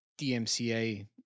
DMCA